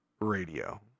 Radio